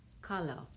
color